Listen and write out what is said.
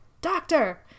doctor